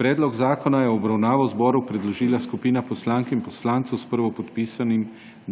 Predlog zakona je v obravnavo zboru predložila skupina poslank in poslancev s prvopodpisanim